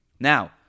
Now